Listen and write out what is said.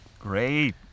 Great